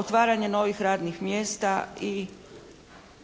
otvaranje novih radnih mjesta i